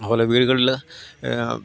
അതുപോലെ വീടുകളിൽ എന്നാൽ